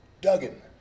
Duggan